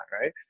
right